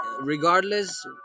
regardless